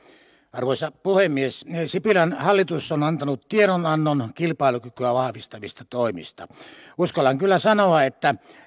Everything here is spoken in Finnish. arvoisa puhemies sipilän hallitus on on antanut tiedonannon kilpailukykyä vahvistavista toimista uskallan kyllä sanoa että